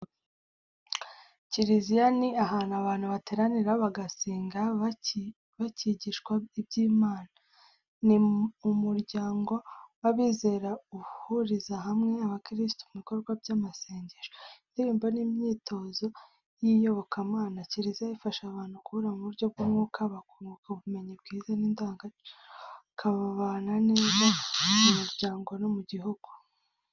Kiliziya ni ahantu abantu bateranira bagasenga bakigishwa iby’Imana. Ni umuryango w’abizera uhuriza hamwe abakirisitu mu bikorwa by’amasengesho, indirimbo n’imyitozo y’iyobokamana. Kiliziya ifasha abantu gukura mu buryo bw’umwuka, bakunguka ubumenyi bwiza n’indangagaciro, bakabana neza mu muryango no mu gihugu.